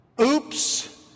oops